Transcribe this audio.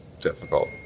difficult